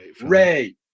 Ray